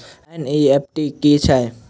NEFT की छीयै?